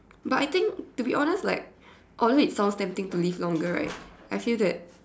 but I think to be honest like although it sounds tempting to live longer right I feel that